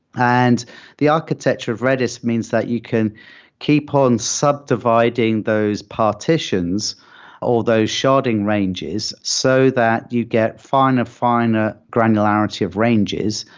and the architecture of redis means that you can keep on subdividing those partitions or those sharding ranges so that you get finer, finer granularity of ranges.